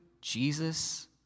jesus